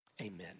Amen